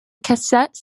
cassette